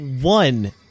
one